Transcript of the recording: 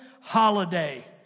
holiday